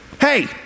Hey